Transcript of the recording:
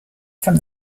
from